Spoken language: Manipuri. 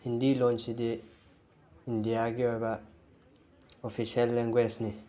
ꯍꯤꯟꯗꯤ ꯂꯣꯟꯁꯤꯗꯤ ꯏꯟꯗꯤꯌꯥꯒꯤ ꯑꯣꯏꯕ ꯑꯣꯐꯤꯁꯦꯜ ꯂꯦꯡꯒ꯭ꯋꯦꯁꯅꯤ